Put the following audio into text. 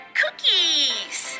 cookies